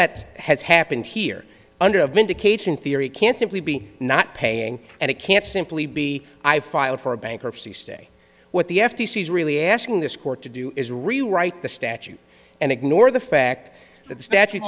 that has happened here under a vindication theory can't simply be not paying and it can't simply be i filed for bankruptcy stay what the f t c is really asking this court to do is rewrite the statute and ignore the fact that the statute